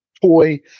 toy